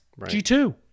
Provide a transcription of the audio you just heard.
G2